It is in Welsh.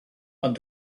ond